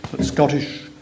Scottish